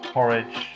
Porridge